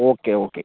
okay okay